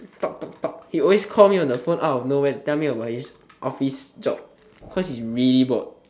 talk talk talk he always call me on the phone out of nowhere and tell me about his office job cause he's really bored